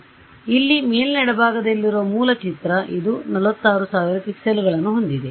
ಆದ್ದರಿಂದ ಇಲ್ಲಿ ಮೇಲಿನ ಎಡಭಾಗದಲ್ಲಿರುವ ಮೂಲ ಚಿತ್ರ ಇದು 46000 ಪಿಕ್ಸೆಲ್ಗಳನ್ನು ಹೊಂದಿದೆ